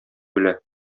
белә